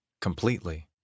completely